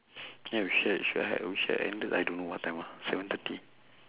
ya we should should've should've ended I don't know what time ah seven thirty